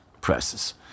presses